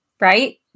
right